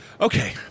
okay